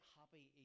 happy